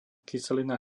kyselina